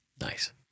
Nice